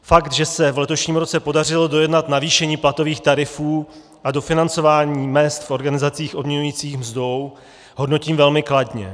Fakt, že se v letošním roce podařilo dojednat navýšení platových tarifů a dofinancování mezd v organizacích odměňujících mzdou, hodnotím velmi kladně.